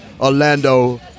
Orlando